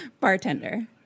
Bartender